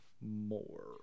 more